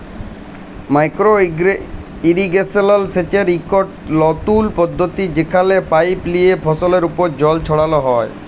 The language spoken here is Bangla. মাইকোরো ইরিগেশল সেচের ইকট লতুল পদ্ধতি যেখালে পাইপ লিয়ে ফসলের উপর জল ছড়াল হ্যয়